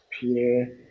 Peter